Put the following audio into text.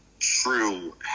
true